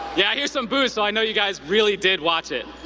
yeah, i hear some boos, so i know you guys really did watch it.